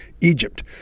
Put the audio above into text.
Egypt